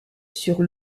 sur